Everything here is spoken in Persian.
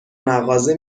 مغازه